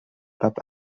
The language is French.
pape